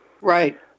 Right